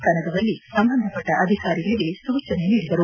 ಕನಗವಲ್ಲಿ ಸಂಬಂಧಪಟ್ಟ ಅಧಿಕಾರಿಗಳಿಗೆ ಸೂಚನೆ ನೀಡಿದರು